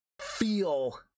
feel